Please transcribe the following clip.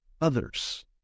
others